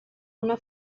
una